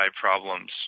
problems